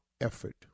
effort